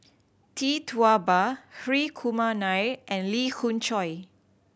Tee Tua Ba Hri Kumar Nair and Lee Khoon Choy